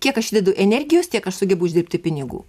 kiek aš įdedu energijos tiek aš sugebu uždirbti pinigų